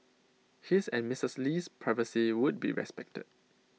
his and Mrs Lee's privacy would be respected